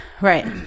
Right